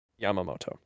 Yamamoto